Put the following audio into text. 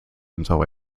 until